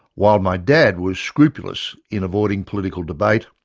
while my dad was scrupulous in avoiding political debate,